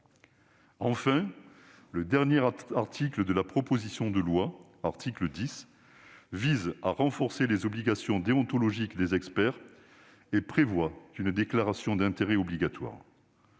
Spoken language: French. Enfin, le dernier article de la proposition de loi, l'article 10, vise à renforcer les obligations déontologiques des experts et prévoit une déclaration d'intérêts obligatoire.